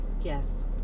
Yes